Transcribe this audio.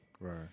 Right